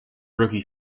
rookie